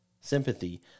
sympathy